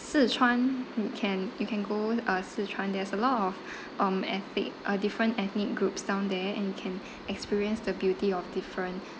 szechuan you can you can go uh szechuan there's a lot of um ethnic uh different ethnic groups down there and you can experience the beauty of different